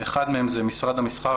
אחד מהם זה משרד המסחר,